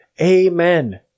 Amen